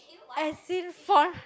as in for